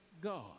God